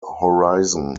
horizon